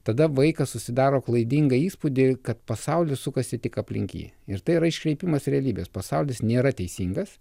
tada vaikas susidaro klaidingą įspūdį kad pasaulis sukasi tik aplink jį ir tai yra iškreipimas realybės pasaulis nėra teisingas